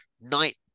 night